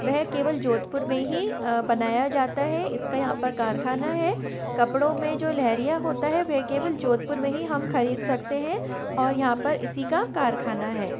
वह केवल जोधपुर में ही बनाया जाता है इसका यहाँ पर कारख़ाना है कपड़ों में जो लेहरिया होता है वह केवल जोधपुर में ही हम ख़रीद सकते हैं और यहाँ पर इसी का कारख़ाना है